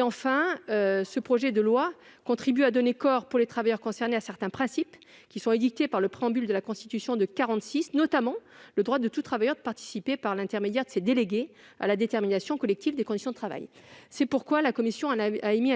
Enfin, ce projet de loi contribue à donner corps, pour les travailleurs concernés, à certains principes qui sont édictés par le préambule de la Constitution de 1946, notamment le droit pour tout travailleur de participer, par l'intermédiaire de ses délégués, à la détermination collective des conditions de travail. Quel est